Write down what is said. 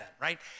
right